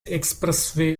expressway